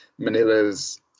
manilas